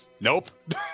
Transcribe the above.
nope